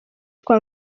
twa